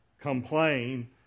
complain